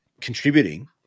contributing